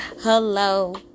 Hello